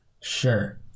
Sure